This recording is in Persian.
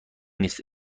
نیست